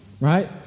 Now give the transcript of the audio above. right